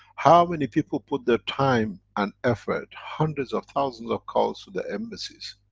how many people put their time and effort, hundreds of thousands of calls to the embassies,